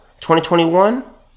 2021